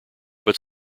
but